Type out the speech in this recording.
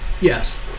Yes